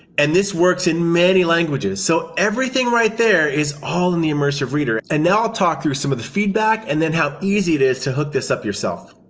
and this works in many languages. so everything right there is all in the immersive reader. and i'll talk through some of the feedback, and then how easy it is to hook this up yourself.